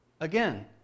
Again